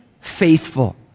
faithful